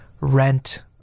rent